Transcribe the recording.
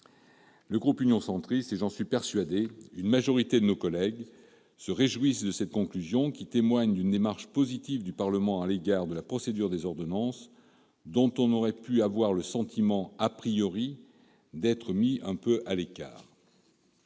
Le groupe Union Centriste et, j'en suis persuadé, une majorité de nos collègues se réjouissent de cette conclusion. Elle témoigne en effet d'une démarche positive du Parlement à l'égard de la procédure des ordonnances, qui aurait pu donner le sentiment de nous mettre quelque peu à l'écart.